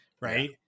right